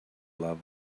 love